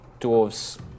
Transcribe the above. Dwarves